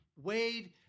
Wade